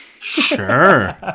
sure